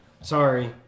Sorry